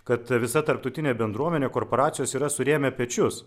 kad visa tarptautinė bendruomenė korporacijos yra surėmę pečius